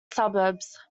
suburbs